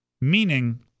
meaning